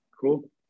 Cool